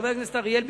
חבר הכנסת אריאל,